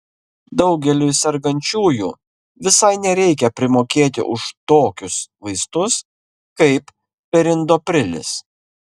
daugeliui sergančiųjų visai nereikia primokėti už tokius vaistus kaip perindoprilis